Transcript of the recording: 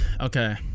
Okay